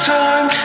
time